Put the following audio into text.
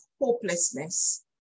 hopelessness